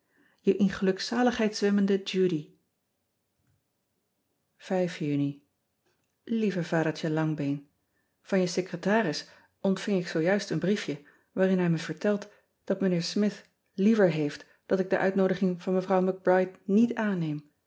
e in gelukzaligheid zwemmende udy uni ieve adertje angbeen an je secretaris ontving ik zoo juist een briefje waarin hij me vertelt dat ijnheer mith liever heeft dat ik de ean ebster adertje angbeen uitnoodiging van evrouw c ride niet aanneem